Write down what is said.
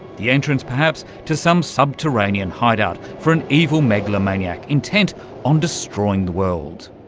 the entrance perhaps to some subterranean hideout for an evil megalomaniac intent on destroying the world.